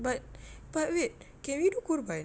but but wait can we do korban